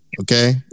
Okay